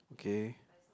okay